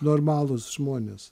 normalūs žmonės